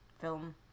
Film